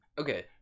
Okay